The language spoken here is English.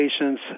patients